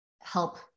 help